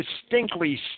distinctly